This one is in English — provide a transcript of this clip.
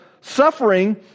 suffering